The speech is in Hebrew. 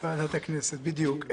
בדיוק.